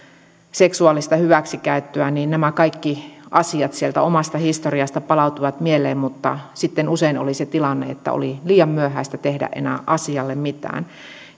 seksuaalista hyväksikäyttöä nämä kaikki asiat sieltä omasta historiasta palautuivat mieleen mutta sitten usein oli se tilanne että oli liian myöhäistä tehdä enää asialle mitään